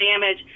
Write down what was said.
damage